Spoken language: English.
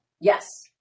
Yes